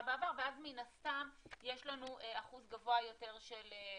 בעבר ואז מן הסתם יש לנו אחוז גבוה של חיוביים.